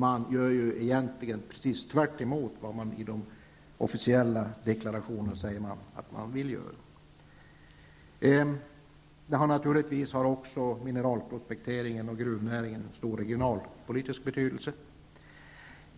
Regeringen gör egentligen precis tväremot vad den i de officiella deklarationerna säger att den vill göra. Naturligtvis har också mineralprospekteringen och gruvnäringen stor regionalpolitisk betydelse.